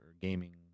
gaming